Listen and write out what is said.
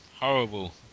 horrible